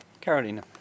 Carolina